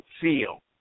feel